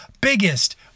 biggest